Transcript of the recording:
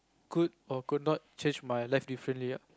could or could not change my life differently ah